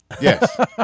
Yes